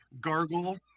gargle